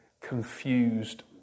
confused